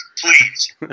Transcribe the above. Please